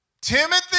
Timothy